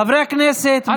חברי הכנסת,